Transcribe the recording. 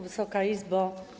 Wysoka Izbo!